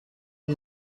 you